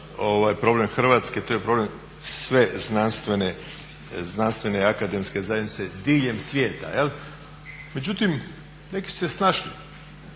problem Hrvatske, to je problem sve znanstvene akademske zajednice diljem svijeta. Međutim, neki su se snašli,